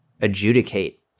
adjudicate